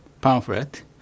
pamphlet